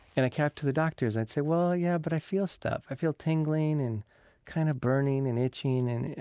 and i came up to the doctors and i'd say, well, yeah, but i feel stuff. i feel tingling and kind of burning and itching and,